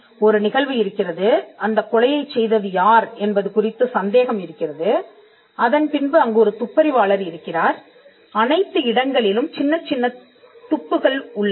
ஒரு நிகழ்வு இருக்கிறது அந்தக் கொலையை செய்தது யார் என்பது குறித்து சந்தேகம் இருக்கிறது அதன்பின்பு அங்கு ஒரு துப்பறிவாளர் இருக்கிறார் அனைத்து இடங்களிலும் சின்னச் சின்னத் துப்புகள் உள்ளன